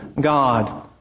God